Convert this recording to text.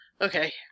Okay